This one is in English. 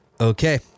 Okay